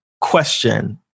question